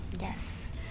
yes